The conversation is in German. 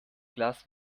glas